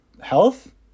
health